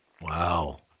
Wow